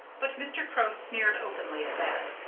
but mr. crow sneered openly at that.